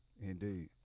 Indeed